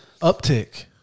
Uptick